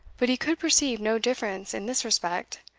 but he could perceive no difference in this respect,